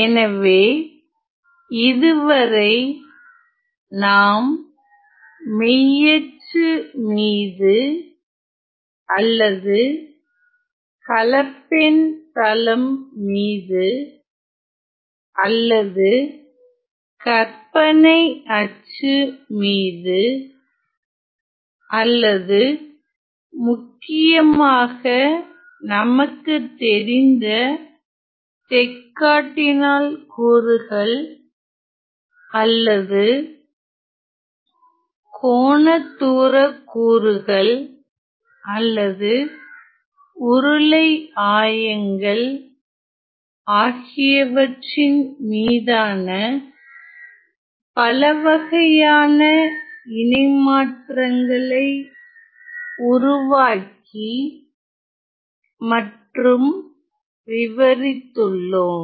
எனவே இதுவரை நாம் மெய்யச்சு மீது அல்லது கலப்பெண் தளம் மீது அல்லது கற்பனை அச்சு மீது அல்லது முக்கியமாக நமக்கு தெரிந்த தெக்காட்டினாள் கூறுகள் அல்லது கோண தூரக் கூறுகள் அல்லது உருளை ஆயங்கள் ஆகியவற்றின் மீதான பலவகையான இணைமாற்றங்களை உருவாக்கி மற்றும் விவரித்துள்ளோம்